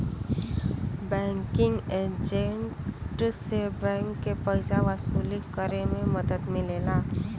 banking agent से bank के पइसा वसूली करे में मदद मिलेला